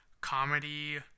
comedy